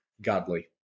godly